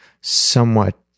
somewhat